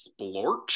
splorch